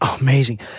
Amazing